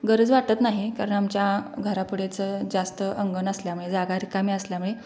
गरज वाटत नाही कारण आमच्या घरापुढेच जास्त अंगण असल्यामुळे जागा रिकामी असल्यामुळे